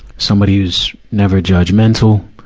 somebody who's never judgmental.